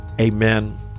Amen